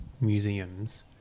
museums